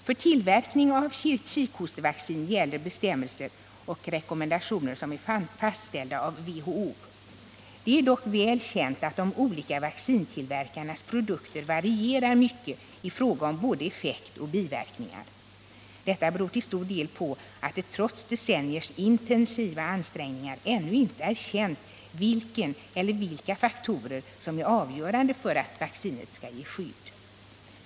För tillverkning av kikhostevaccin gäller bestämmelser och rekommendationer som är fastställda av WHO. Det är dock väl känt att de olika vaccintillverkarnas produkter varierar mycket i fråga om både effekt och biverkningar. Detta beror till stor del på att det, trots decenniers intensiva ansträngningar, ännu inte är känt vilken eller vilka faktorer som är avgörande för att vaccinet skall ge skydd.